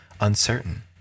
uncertain